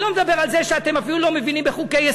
אני לא מדבר על זה שאתם אפילו לא מבינים בחוקי-היסוד,